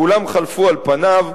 כולם חלפו על פניו,